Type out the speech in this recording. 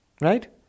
Right